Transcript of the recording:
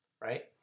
right